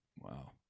Wow